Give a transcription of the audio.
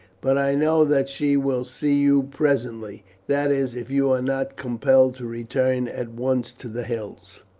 but i know that she will see you presently, that is, if you are not compelled to return at once to the hills.